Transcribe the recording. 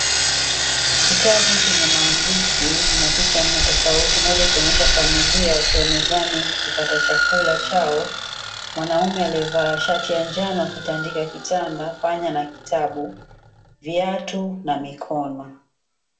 Kitabu chenye maandishi na picha nne tofauti. Moja ikionyesha familia wakiwa mezani kupata chakula chao, mwanamume aliyevaa shati ya njano akitandika kitanda, panya na kitabu, viatu na mikono.